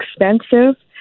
expensive